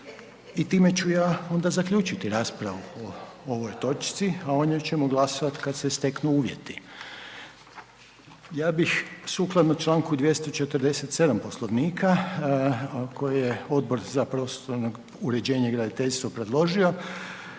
i time ću ja onda zaključiti raspravu o ovoj točci, a o njoj ćemo glasovati kad se steknu uvjeti. Ja bih sukladno čl. 247. Poslovnika, a koji je Odbor za prostorno uređenje i graditeljstvo predložio